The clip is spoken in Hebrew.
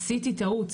עשיתי טעות,